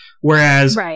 whereas